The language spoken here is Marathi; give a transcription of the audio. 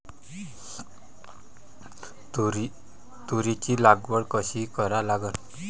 तुरीची लागवड कशी करा लागन?